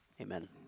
Amen